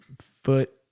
Foot